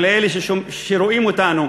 ולאלה שרואים אותנו